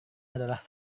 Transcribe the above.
adalah